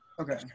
Okay